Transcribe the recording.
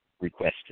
requested